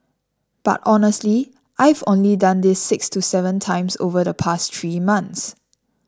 but honestly I've only done this six to seven times over the past three months